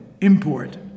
import